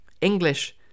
English